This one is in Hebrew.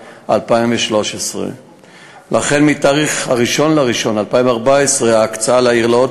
2013. לכן מ-1 בינואר 2014 ההקצאה לעיר לוד